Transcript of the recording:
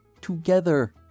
together